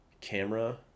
camera